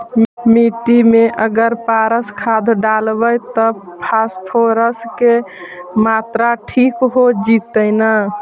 मिट्टी में अगर पारस खाद डालबै त फास्फोरस के माऋआ ठिक हो जितै न?